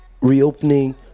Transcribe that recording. reopening